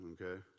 okay